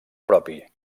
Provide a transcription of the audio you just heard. propi